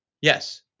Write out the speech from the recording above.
Yes